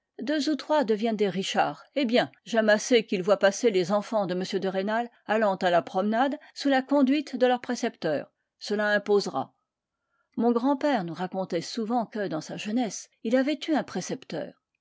deux ou trois deviennent des richards eh bien j'aime assez qu'ils voient passer les enfants de m de rênal allant à la promenade sous la conduite de leur précepteur cela imposera mon grand-père nous racontait souvent que dans sa jeunesse il avait eu un précepteur